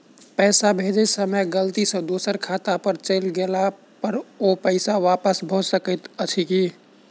पैसा भेजय समय गलती सँ दोसर खाता पर चलि गेला पर ओ पैसा वापस भऽ सकैत अछि की?